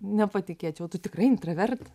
nepatikėčiau tu tikrai intravertas